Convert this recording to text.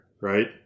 right